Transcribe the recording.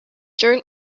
during